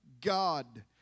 God